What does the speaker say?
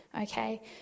okay